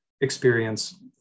experience